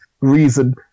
reason